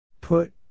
Put